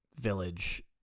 village